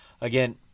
Again